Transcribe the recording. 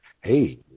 hey